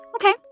Okay